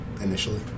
initially